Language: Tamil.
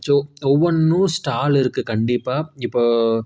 ஸோ ஒவ்வொன்றும் ஸ்டாலுருக்குது கண்டிப்பாக இப்போது